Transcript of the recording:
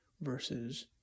Versus